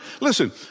Listen